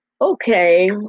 Okay